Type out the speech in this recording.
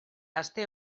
aste